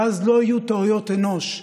ואז לא יהיו טעויות אנוש,